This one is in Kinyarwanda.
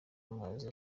amazi